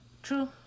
True